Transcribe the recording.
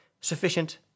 sufficient